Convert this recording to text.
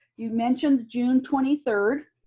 you mentioned june twenty third,